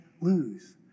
lose